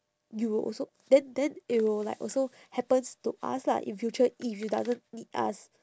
you will also then then it will like also happens to us lah in future if you doesn't need us